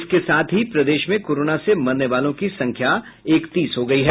इसके साथ प्रदेश में कोरोना से मरने वालों की संख्या इकतीस हो गयी है